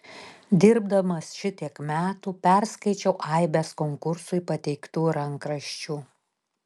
dirbdamas šitiek metų perskaičiau aibes konkursui pateiktų rankraščių